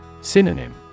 Synonym